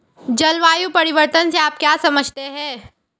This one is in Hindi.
जलवायु परिवर्तन से आप क्या समझते हैं?